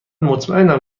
مطمئنم